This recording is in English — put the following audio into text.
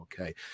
Okay